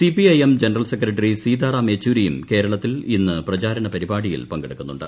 C P I M general secretary Sitaram യെച്ചൂരിയും കേരളത്തിൽ ഇന്ന് പ്രചാരണ പരിപാടിയിൽ പങ്കെടുക്കുന്നുണ്ട്